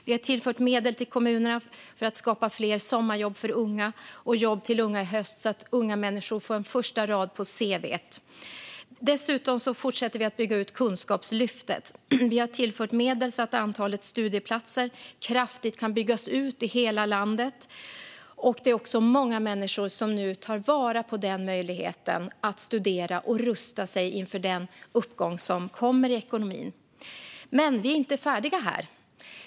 Vi har också tillfört medel till kommunerna för att skapa fler sommarjobb för unga och jobb till unga i höst, så att unga människor ska få en första rad på cv:t. Dessutom fortsätter vi att bygga ut Kunskapslyftet. Vi har tillfört medel för att antalet studieplatser ska kunna byggas ut kraftigt i hela landet. Det är också många människor som nu tar vara på möjligheten att studera och rusta sig inför den uppgång som kommer i ekonomin. Vi är dock inte färdiga här.